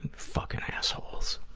and fuckin' assholes.